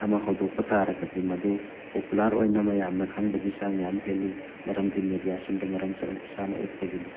ꯑꯃ ꯍꯧꯗꯣꯛꯄ ꯇꯥꯔꯒꯗꯤ ꯃꯗꯨ ꯄꯣꯄꯨꯂꯥꯔ ꯑꯣꯏꯅ ꯃꯌꯥꯝꯅ ꯈꯪꯕꯒꯤ ꯆꯥꯡ ꯌꯥꯝ ꯍꯦꯜꯂꯤ ꯃꯔꯝꯗꯤ ꯃꯦꯗꯤꯌꯥꯁꯤꯡꯗꯨ ꯃꯔꯝ ꯆꯥꯅ ꯎꯠꯄꯒꯤꯅꯤ